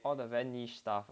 all the very niche stuff